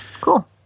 Cool